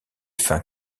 fins